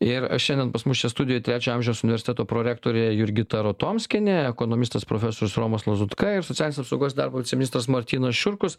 ir šiandien pas mus čia studijoj trečio amžiaus universiteto prorektorė jurgita rotomskienė ekonomistas profesorius romas lazutka ir socialinės apsaugos darbo viceministras martynas šiurkus